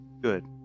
Good